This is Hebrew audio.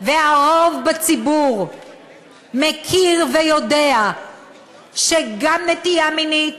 והרוב בציבור מכיר ויודע שגם נטייה מינית